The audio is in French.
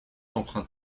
emprunts